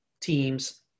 teams